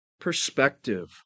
perspective